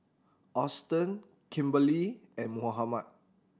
Austen Kimberley and Mohammed